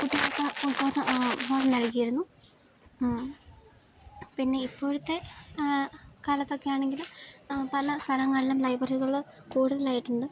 നൽകിയിരുന്നു പിന്നെ ഇപ്പോഴത്തെ കാലത്തൊക്കെയാണെങ്കില് പല സ്ഥലങ്ങളിലും ലൈബ്രറികള് കൂടുതലായിട്ടുണ്ട്